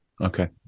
Okay